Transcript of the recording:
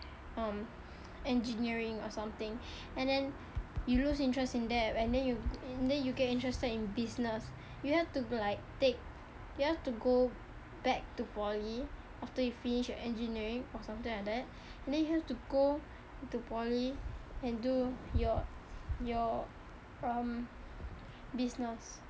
um engineering or something and then you lose interest in that and then you then you get interested in business you have to like take you have to go back to poly after you finish your engineering or something like that and then you have to go to poly and do your your um business